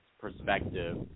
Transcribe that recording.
perspective